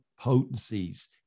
potencies